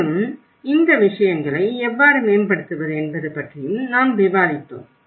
மேலும் இந்த விஷயங்களை எவ்வாறு மேம்படுத்துவது என்பது பற்றியும் நாங்கள் விவாதித்தோம்